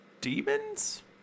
demons